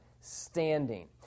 standing